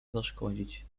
zaszkodzić